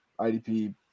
IDP